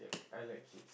I like it